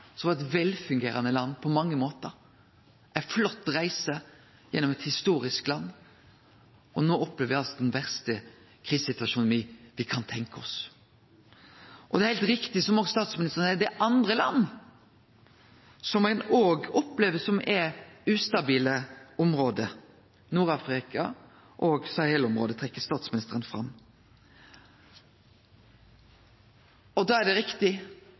eit velfungerande land på mange måtar, ei flott reise gjennom eit historisk land, og no opplever me altså den verste krisesituasjonen me kan tenkje oss. Det er heilt rett, som òg statsministeren seier, at det er andre land som ein òg opplever som ustabile område: Nord-Afrika og Sahel-området trekkjer statsministeren fram. Da er det riktig